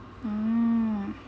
oh